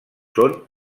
són